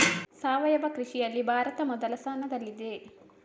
ಸಾವಯವ ಕೃಷಿಯಲ್ಲಿ ಭಾರತ ಮೊದಲ ಸ್ಥಾನದಲ್ಲಿದೆ